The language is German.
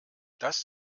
das